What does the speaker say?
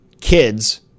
kids